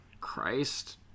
Christ